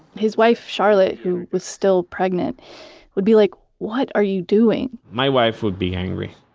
his wife charlot, who was still pregnant would be like, what are you doing? my wife would be angry.